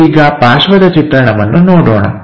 ನಾವು ಈಗ ಪಾರ್ಶ್ವದ ಚಿತ್ರಣವನ್ನು ನೋಡೋಣ